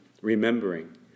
remembering